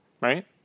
right